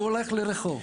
הוא הולך לרחוב.